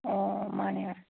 ꯑꯣ ꯃꯥꯟꯅꯦ ꯃꯥꯟꯅꯦ